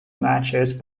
matches